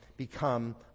become